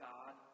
God